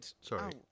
Sorry